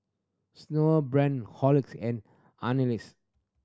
Snowbrand Horlicks and Ameltz